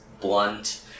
blunt